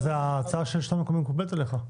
אז ההצעה של השלטון המקומי מקובלת עליך?